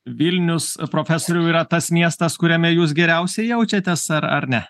vilnius profesoriau yra tas miestas kuriame jūs geriausiai jaučiatės ar ne